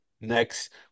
next